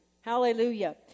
Hallelujah